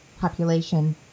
population